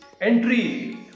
entry